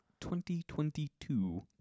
2022